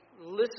listen